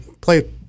play